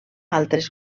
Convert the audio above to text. altres